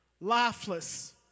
lifeless